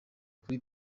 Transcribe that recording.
kuri